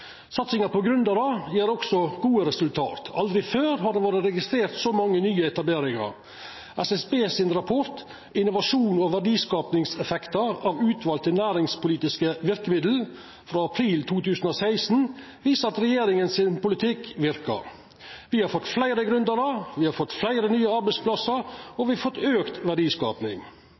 Satsinga på gründerar gjev også gode resultat. Aldri før har det vore registrert så mange nye etableringar. SSBs rapport Innovasjons- og verdiskapingseffekter av utvalgte næringspolitiske virkemidler, frå april 2016, viser at politikken til regjeringa verkar. Me har fått fleire gründerar, me har fått fleire nye arbeidsplassar, og me har fått auka verdiskaping.